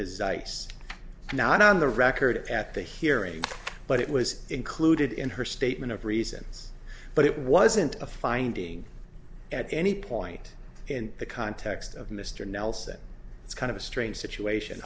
ms rice not on the record at the hearing but it was included in her statement of reasons but it wasn't a finding at any point in the context of mr nelson it's kind of a strange situation